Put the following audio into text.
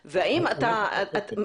ויותר?